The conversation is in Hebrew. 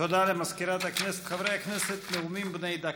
יצחק הרצוג, ציפי לבני,